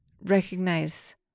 recognize